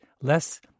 less